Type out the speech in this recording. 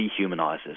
dehumanizes